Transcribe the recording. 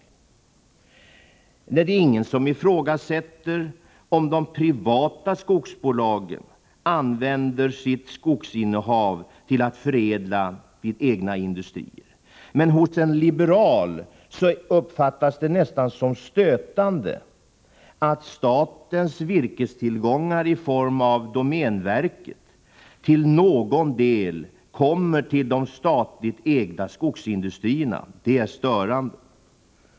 Det är ingen som ifrågasätter om de privata skogsbolagen förädlar sitt skogsinnehav vid egna industrier, men för en liberal uppfattas det som nästan stötande att statens virkestillgångar genom domänverket till någon del går till de statligt ägda skogsindustrierna.